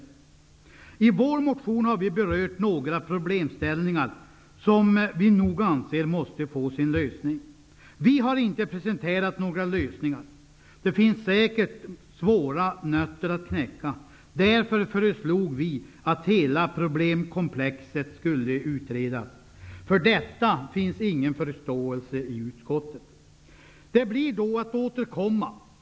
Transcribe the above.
Vi har i vår motion berört några problem som vi anser måste få sin lösning. Vi har inte presenterat några lösningar. Det finns säkert svåra nötter att knäcka. Vi föreslog därför att hela problemkomplexet skulle utredas. För detta finns ingen förståelse i utskottet. Vi får alltså återkomma.